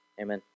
Amen